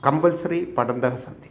compulsory पठन्तः सन्ति